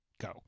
Go